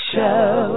Show